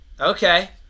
Okay